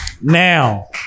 Now